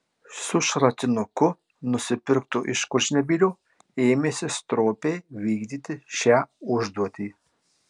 su šratinuku nusipirktu iš kurčnebylio ėmėsi stropiai vykdyti šią užduotį